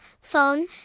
Phone